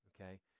okay